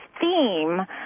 theme